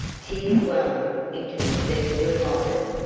tears welling into his deep blue eyes.